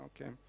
Okay